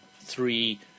three